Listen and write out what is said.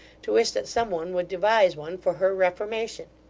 to wish that some one would devise one for her reformation.